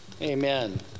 amen